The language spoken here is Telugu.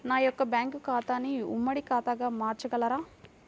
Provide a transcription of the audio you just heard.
నా యొక్క బ్యాంకు ఖాతాని ఉమ్మడి ఖాతాగా మార్చగలరా?